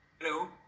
Hello